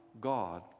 God